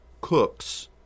cooks